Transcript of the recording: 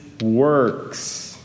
works